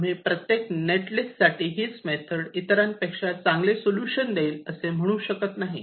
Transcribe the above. तुम्ही प्रत्येक net list साठी हीच मेथड इतरांपेक्षा चांगले सोलुशन देईन असे म्हणू शकत नाही